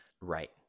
Right